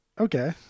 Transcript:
Okay